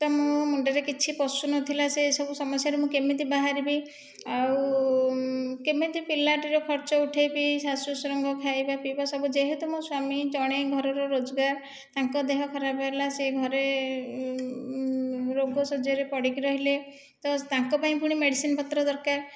ତ ମୋ' ମୁଣ୍ଡରେ କିଛି ପଶୁନଥିଲା ସେସବୁ ସମସ୍ୟାରୁ ମୁଁ କେମିତି ବାହାରିବି ଆଉ କେମିତି ପିଲାଟିର ଖର୍ଚ୍ଚ ଉଠାଇବି ଶାଶୁ ଶ୍ଵଶୁରଙ୍କ ଖାଇବା ପିଇବା ସବୁ ଯେହେତୁ ମୋ' ସ୍ଵାମୀ ଜଣେ ଘରର ରୋଜଗାର ତାଙ୍କ ଦେହ ଖରାପ ହେଲା ସେ ଘରେ ରୋଗଶଯ୍ୟାରେ ପଡ଼ିକି ରହିଲେ ତ ତାଙ୍କ ପାଇଁ ପୁଣି ମେଡିସିନ୍ ପତ୍ର ଦରକାର